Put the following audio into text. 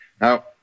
Now